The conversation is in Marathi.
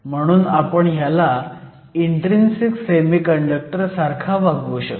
म्हणून आपण ह्याला इन्ट्रीन्सिक सेमीकंडक्टर सारखा वागवू शकतो